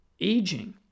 aging